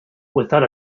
without